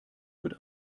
wird